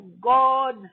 God